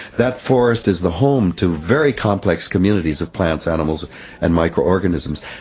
that forest is the home to very complex communities of plants, animals and microorganisms.